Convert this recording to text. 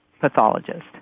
pathologist